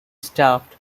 staffed